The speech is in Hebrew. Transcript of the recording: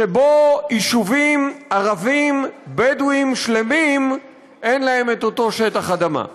שבו יישובים ערביים בדואיים שלמים אין להם את אותו שטח אדמה.